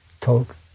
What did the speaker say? talk